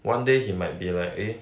one day he might be like eh